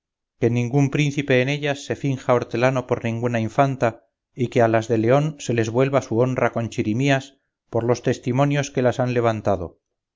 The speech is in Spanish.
que ningún príncipe en ellas se finja hortelano por ninguna infanta y que a las de león se les vuelva su honra con chirimías por los testimonios que las han levantado